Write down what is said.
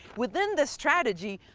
within this strategy,